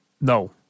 No